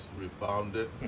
rebounded